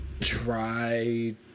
try